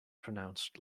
pronounced